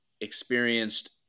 experienced